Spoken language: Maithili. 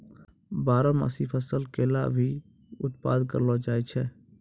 बारहमासी फसल केला भी उत्पादत करलो जाय छै